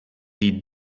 die